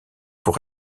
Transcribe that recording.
pour